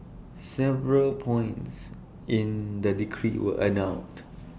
several points in the decree were annulled